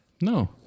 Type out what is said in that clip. No